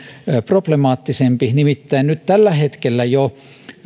problemaattisempaa nimittäin jo nyt tällä hetkellä